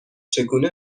چگونه